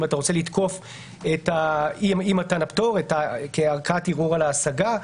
אם אתה רוצה לתקוף את אי-מתן הפטור כערכאת ערעור על ההשגה,